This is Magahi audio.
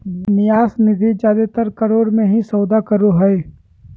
न्यास निधि जादेतर करोड़ मे ही सौदा करो हय